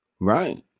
Right